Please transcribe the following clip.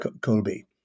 Colby